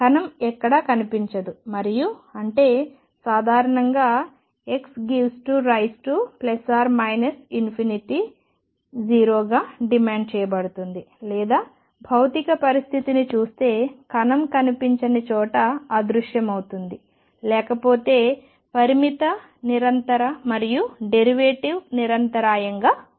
కణం ఎక్కడ కనిపించదు మరియు అంటే సాధారణంగా x→ ±∞ 0 గా డిమాండ్ చేయబడుతుంది లేదా భౌతిక పరిస్థితిని చూస్తే కణం కనిపించని చోట అదృశ్యమవుతుంది లేకపోతే పరిమిత నిరంతర మరియు డెరివేటివ్ నిరంతరాయంగా ఉంటుంది